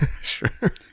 Sure